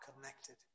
connected